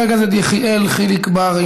חבר הכנסת יחיאל חיליק בר,